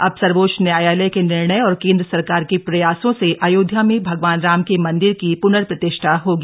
अब सर्वोच्च न्यायालय के निर्णय और केन्द्र सरकार के प्रयासों से अयोध्या में भगवान राम के मन्दिर की प्नर्प्रतिष्ठा होगी